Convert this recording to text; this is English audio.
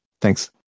Thanks